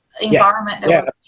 environment